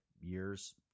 years